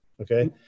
Okay